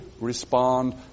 respond